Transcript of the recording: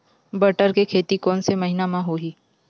बटर के खेती कोन से महिना म होही?